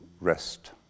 rest